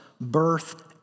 birth